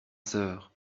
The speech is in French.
sœur